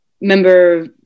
Member